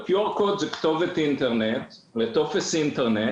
זה כתובת אינטרנט לטופס אינטרנט